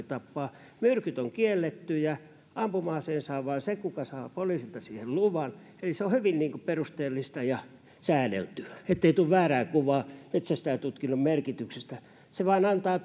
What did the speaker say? tappaa myrkyt ovat kiellettyjä ja ampuma aseen saa vain se kuka saa poliisilta siihen luvan eli se on hyvin perusteellista ja säädeltyä ettei tule väärää kuvaa metsästäjätutkinnon merkityksestä se vain antaa